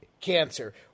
cancer